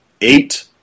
eight